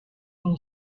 non